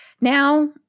now